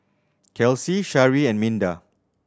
Kelcie Sharee and Minda